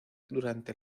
durante